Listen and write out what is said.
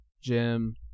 Jim